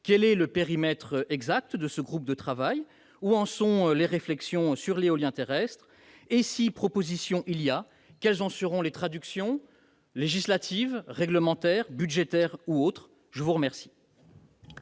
quel est le périmètre exact de ce groupe de travail ? Où en sont les réflexions sur l'éolien terrestre ? Si propositions il y a, quelles seront les traductions législatives, réglementaires, budgétaires ou autre ? La parole